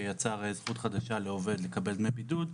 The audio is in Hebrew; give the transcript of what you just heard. שיצר זכות חדשה לעובד לקבל דמי בידוד,